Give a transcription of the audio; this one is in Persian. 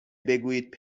بگویید